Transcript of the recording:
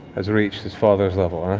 has reached his father's level, ah